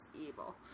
evil